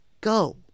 Go